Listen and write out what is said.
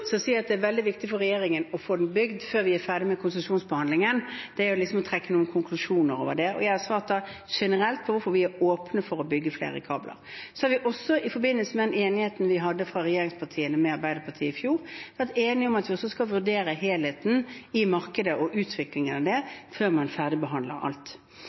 så å si at det er veldig viktig for regjeringen å få den bygd før vi er ferdig med konsesjonsbehandlingen, er å trekke noen konklusjoner. Jeg har svart generelt på hvorfor vi er åpne for å bygge flere kabler. Vi har også i forbindelse med enigheten regjeringspartiene hadde med Arbeiderpartiet i fjor, vært enige om at vi også skal vurdere helheten i markedet og utviklingen av det før man ferdigbehandler alt.